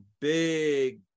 big